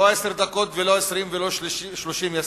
לא עשר דקות ולא 20 ולא 30 יספיקו.